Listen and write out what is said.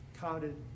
counted